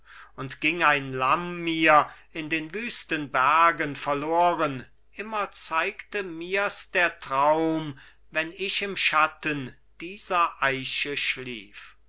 und ging ein lamm mir in den wüsten bergen verloren immer zeigte mirs der traum wenn ich im schatten dieser eiche schlief